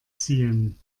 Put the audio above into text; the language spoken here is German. ziehen